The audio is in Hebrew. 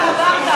הפרעתם יותר מדי.